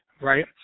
Right